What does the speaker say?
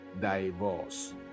divorce